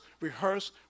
rehearse